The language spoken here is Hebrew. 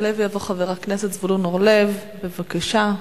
יעלה ויבוא חבר הכנסת זבולון אורלב, בבקשה.